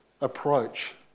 approach